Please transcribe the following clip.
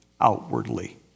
outwardly